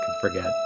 forget